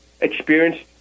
experienced